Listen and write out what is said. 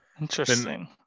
Interesting